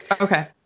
Okay